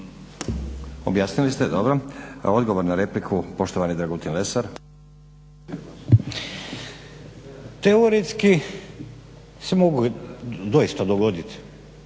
Objasnili ste dobro. Odgovor na repliku, poštovani Dragutin Lesar. **Lesar, Dragutin